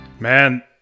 Man